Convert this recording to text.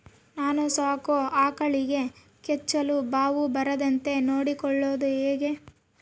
ನಾನು ಸಾಕೋ ಆಕಳಿಗೆ ಕೆಚ್ಚಲುಬಾವು ಬರದಂತೆ ನೊಡ್ಕೊಳೋದು ಹೇಗೆ?